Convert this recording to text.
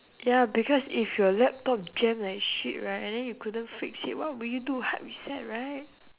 ya because if your laptop jam like shit right and then you couldn't fix it what would you do hard reset right